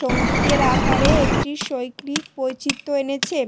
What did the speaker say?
সঙ্গীতের আকারে একটি শৈল্পিক বৈচিত্র্য এনেছে